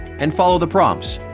and follow the prompts.